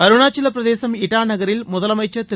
அருணாச்சலப்பிரதேசம் இட்டா நகரில் முதலமைச்சர் திரு